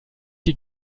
die